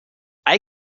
hay